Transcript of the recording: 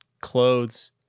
clothes